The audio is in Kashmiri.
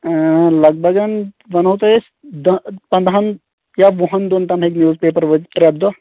ٲں لَگ بَگ وَنہو تۄہہِ أسۍ دَہ پَنٛداہن یا وُہن دۄہن تام ہیٚکہِ نوٕز پیپر وٲتِتھ پرٮ۪تھ دۄہ